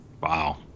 Wow